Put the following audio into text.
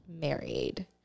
married